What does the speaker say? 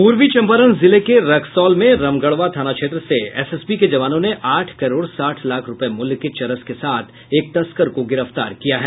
पूर्वी चंपारण जिले के रक्सौल में रमगढ़वा थाना क्षेत्र से एसएसबी के जवानों ने आठ करोड़ साठ लाख रुपये मूल्य के चरस के साथ एक तस्कर को गिरफ्तार किया है